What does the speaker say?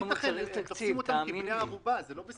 לא ייתכן לשים אותם כבני ערובה, זה לא בסדר.